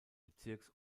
bezirks